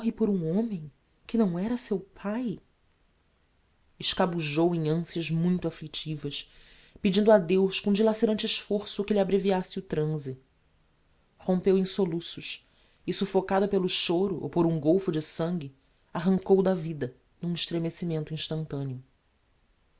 por um homem que não era seu pai escabujou em ancias muito afflictivas pedindo a deus com dilacerante esforço que lhe abreviasse o transe rompeu em soluços e suffocado pelo choro ou por um golfo de sangue arrancou da vida n'um estremecimento instantaneo